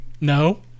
No